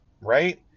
right